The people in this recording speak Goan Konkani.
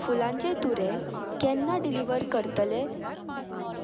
फुलांचे तुरे केन्ना डिलिव्हर करतले